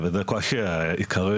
וזה קושי עיקרי